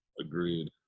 Agreed